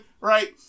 Right